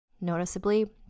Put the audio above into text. noticeably